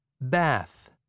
Bath